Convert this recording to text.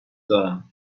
دارم